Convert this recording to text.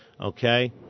Okay